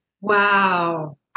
Wow